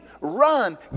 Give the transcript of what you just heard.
run